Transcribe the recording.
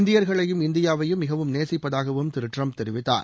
இந்தியர்களையும் இந்தியாவையும் மிகவும் நேசிப்பதாகவும் திரு டிரம்ப் தெரிவித்தார்